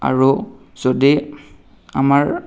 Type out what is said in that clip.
আৰু যদি আমাৰ